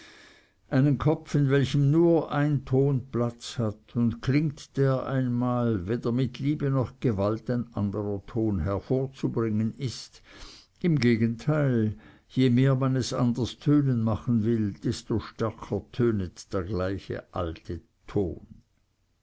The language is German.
einen kopf in welchem nur ein ton platz hat und klingt der einmal weder mit liebe noch gewalt ein anderer ton hervorzubringen ist im gegenteil je mehr man es anders tönen machen will desto stärker tönet der gleiche alte ton